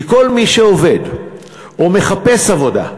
כי כל מי שעובד או מחפש עבודה,